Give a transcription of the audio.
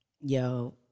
yo